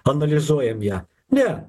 analizuojam ją ne